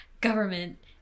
government